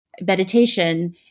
meditation